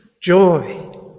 Joy